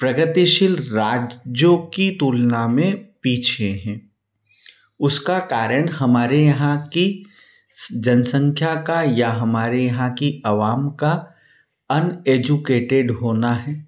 प्रगतिशील राज्यों की तुलना में पीछे हैं उसका कारण हमारे यहाँ की जनसंख्या का या हमारे यहाँ की अवाम का अनएजुकेटेड होना है